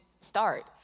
start